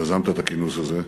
שיזמת את הכינוס הזה,